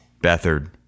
Bethard